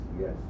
yes